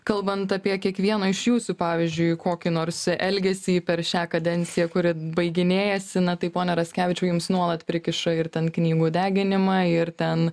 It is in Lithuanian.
kalbant apie kiekvieno iš jūsų pavyzdžiui kokį nors elgesį per šią kadenciją kuri baiginėjasi na tai pone raskevičiau jums nuolat prikiša ir ten knygų deginimą ir ten